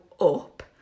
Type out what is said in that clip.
up